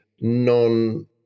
non